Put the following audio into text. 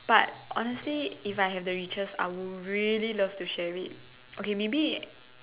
but honestly if I have the riches I would really love to share it